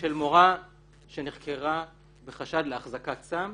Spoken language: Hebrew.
מורה שנחקרה בחשד להחזקת סם